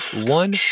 one